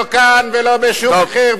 לא כאן ולא בשום מקום אחר.